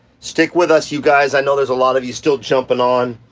stick with us you guys. i know there's a lot of you still jumping on.